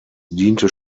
diente